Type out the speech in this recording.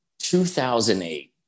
2008